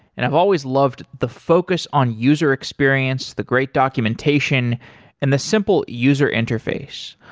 and i've always loved the focus on user experience, the great documentation and the simple user interface.